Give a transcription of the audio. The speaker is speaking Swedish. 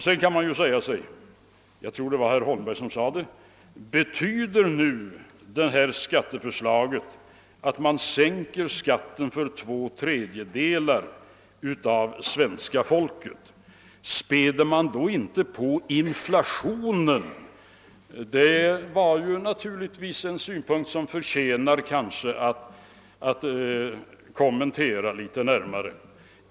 Jag tror att det var herr Holmberg som frågade: >»Om nu detta skatteförslag betyder att man sänker skatten för två tredjedelar av svenska folket, späder man då inte på inflationen?» Det är naturligtvis en 'synpunkt som kan förtjäna att kommenteras litet närmare.